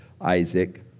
Isaac